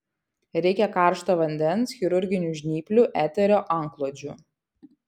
reikia karšto vandens chirurginių žnyplių eterio antklodžių